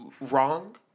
wrong